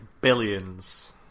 Billions